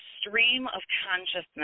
stream-of-consciousness